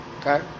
okay